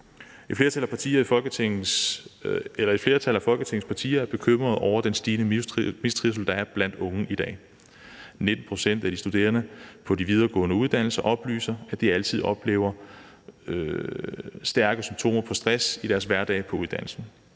flertal af Folketingets partier er bekymrede over den stigende mistrivsel, der er blandt unge i dag. 19 pct. af de studerende på de videregående uddannelser oplyser, at de altid eller ofte oplever stærke symptomer på stress i deres hverdag på uddannelsen.